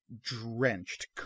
Drenched